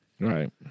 Right